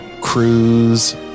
cruise